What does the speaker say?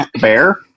bear